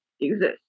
exist